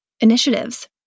initiatives